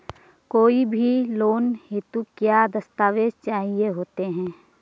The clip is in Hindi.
कोई भी लोन हेतु क्या दस्तावेज़ चाहिए होते हैं?